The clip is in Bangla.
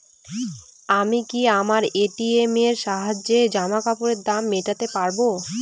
আমি কি আমার এ.টি.এম এর সাহায্যে জামাকাপরের দাম মেটাতে পারব?